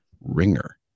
ringer